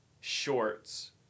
shorts